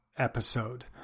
episode